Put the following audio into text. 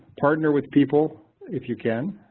partner with people if you can,